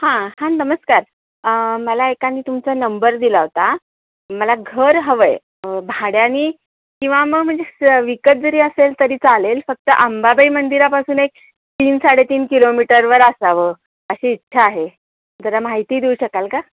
हां हां नमस्कार मला एकाने तुमचा नंबर दिला होता मला घर हवं आहे भाड्याने किंवा मग म्हणजे स विकत जरी असेल तरी चालेल फक्त अंबाबाई मंदिरापासून एक तीन साडे तीन किलोमीटरवर असावं अशी इच्छा आहे जरा माहिती देऊ शकाल का